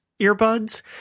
earbuds